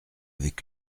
avec